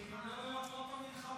והיא גם לא במטרות המלחמה.